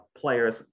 players